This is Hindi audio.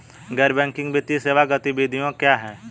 गैर बैंकिंग वित्तीय सेवा गतिविधियाँ क्या हैं?